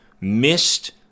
missed